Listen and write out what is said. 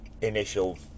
initial